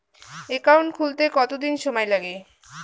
Account খুলতে কতদিন সময় লাগে?